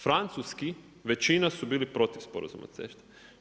Francuski većina su bili protiv sporazuma CETA-e.